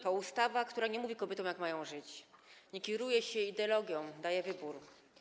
To ustawa, która nie mówi kobietom, jak mają żyć, nie kieruje się ideologią, daje wybór.